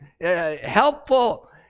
helpful